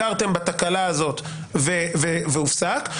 הכרתם בתקלה הזאת וזה הופסק.